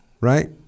right